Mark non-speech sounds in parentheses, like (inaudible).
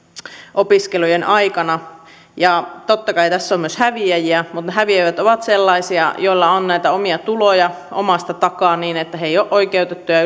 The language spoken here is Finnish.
opiskelujen aikana totta kai tässä on myös häviäjiä mutta ne häviäjät ovat sellaisia joilla on näitä omia tuloja omasta takaa niin että he eivät ole oikeutettuja (unintelligible)